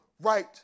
right